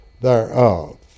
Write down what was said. thereof